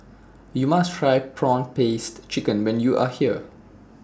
YOU must Try Prawn Paste Chicken when YOU Are here